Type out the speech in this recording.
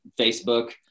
Facebook